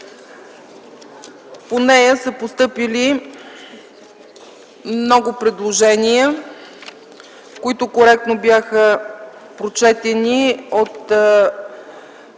По нея са постъпили много предложения, които коректно бяха прочетени от